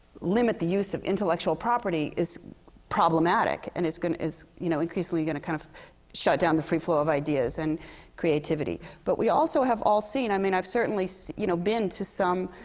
limit the use of intellectual property, is problematic. and is gonna is you know, increasingly gonna kind of shut down the free flow of ideas and creativity. but we also have all seen i mean, i've certainly so you know, been to some